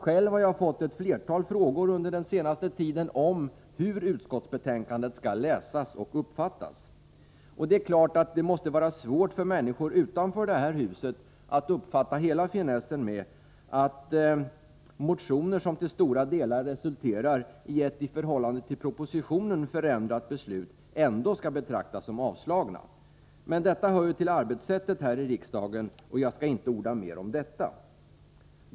Själv har jag fått ett flertal frågor under den senaste tiden om hur utskottsbetänkandet skall läsas och uppfattas. Och det är klart att det måste vara svårt för människor utanför det här huset att uppfatta hela finessen i att motioner som till stora delar resulterar i ett i förhållande till propositionen förändrat beslut ändå skall betraktas som avstyrkta. Men detta hör ju till arbetssättet här i riksdagen, och jag skall inte orda mer om det.